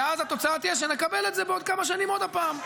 ואז התוצאה תהיה שנקבל את זה בעוד כמה שנים עוד פעם.